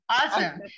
Awesome